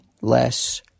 less